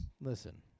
Listen